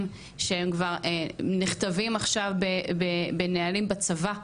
שהם כבר נכתבים עכשיו בנהלים בצבא,